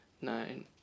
nine